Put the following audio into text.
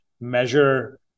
measure